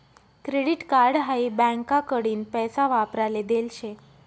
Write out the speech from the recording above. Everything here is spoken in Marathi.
क्रेडीट कार्ड हाई बँकाकडीन पैसा वापराले देल शे